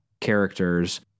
characters